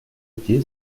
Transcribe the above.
идеи